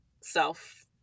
self